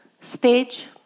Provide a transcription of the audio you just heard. Stage